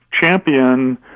champion